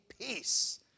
peace